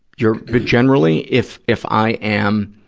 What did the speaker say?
you're generally, if, if i am,